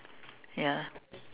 ya